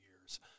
years